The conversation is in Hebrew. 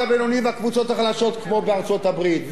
הבינוני והקבוצות החלשות כמו בארצות-הברית.